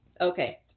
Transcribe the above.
Okay